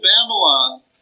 Babylon